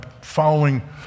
following